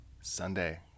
Sunday